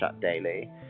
Daily